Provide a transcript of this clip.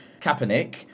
Kaepernick